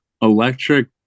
Electric